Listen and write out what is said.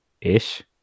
ish